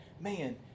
man